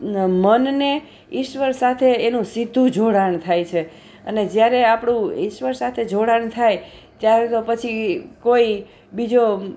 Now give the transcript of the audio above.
મનને ઈશ્વર સાથે એનું સીધું જોડાણ થાય છે અને જ્યારે આપણું ઈશ્વર સાથે જોડાણ થાય ત્યારે તો પછી કોઈ બીજો